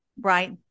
right